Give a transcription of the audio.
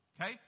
Okay